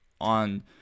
On